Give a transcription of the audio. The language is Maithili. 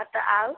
हँ तऽ आउ